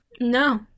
No